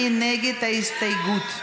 מי נגד ההסתייגות?